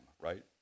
right